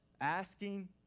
Asking